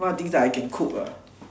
what thing that I can cook ah